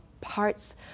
parts